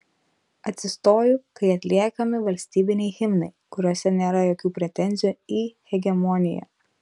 atsistoju kai atliekami valstybiniai himnai kuriuose nėra jokių pretenzijų į hegemoniją